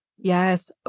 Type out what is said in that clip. Yes